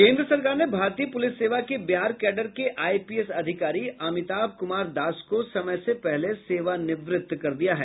केन्द्र सरकार ने भारतीय पुलिस सेवा के बिहार कैडर के आईपीएस अधिकारी अमिताभ कुमार दास को समय से पहले सेवानिवृत्त कर दिया है